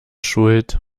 schuld